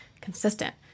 consistent